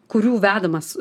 kurių vedamas